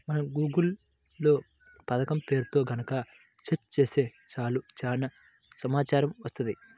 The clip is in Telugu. మనం గూగుల్ లో పథకం పేరుతో గనక సెర్చ్ చేత్తే చాలు చానా సమాచారం వత్తది